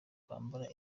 kwambara